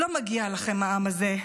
לא מגיע לכם העם הזה,